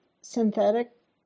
synthetic